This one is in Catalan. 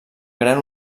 gran